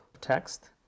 text